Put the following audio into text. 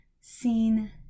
seen